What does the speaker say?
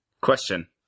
Question